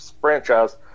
franchise